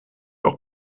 auch